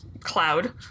Cloud